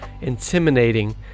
intimidating